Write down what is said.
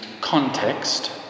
context